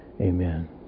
Amen